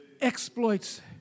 exploits